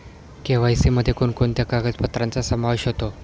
KYC मध्ये कोणकोणत्या कागदपत्रांचा समावेश होतो?